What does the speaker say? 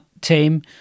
team